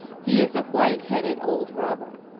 he is a white-headed old robber.